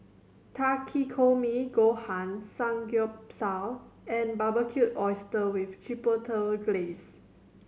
Takikomi Gohan Samgyeopsal and Barbecued Oyster with Chipotle Glaze